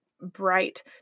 bright